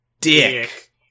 dick